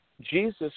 Jesus